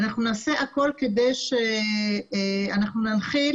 ואנחנו נעשה הכול כדי שאנחנו ננחיל